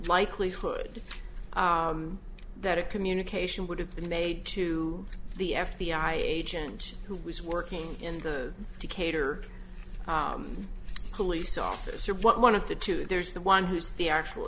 likelihood that a communication would have been made to the f b i agent who was working in the decatur police officer but one of the two there's the one who's the actual